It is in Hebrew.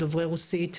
דוברי רוסית,